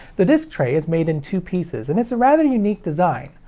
the disc tray is made in two pieces, and it's a rather unique design.